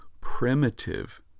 primitive